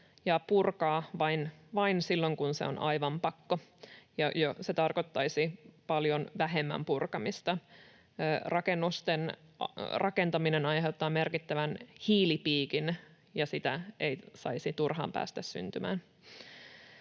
ja purkaa vain silloin kun on aivan pakko, ja jo se tarkoittaisi paljon vähemmän purkamista. Rakennusten rakentaminen aiheuttaa merkittävän hiilipiikin, ja sitä ei saisi turhaan päästä syntymään.